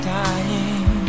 dying